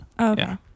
Okay